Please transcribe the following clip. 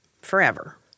forever